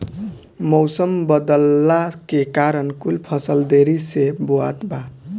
मउसम बदलला के कारण कुल फसल देरी से बोवात बा